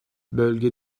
bölge